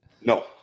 No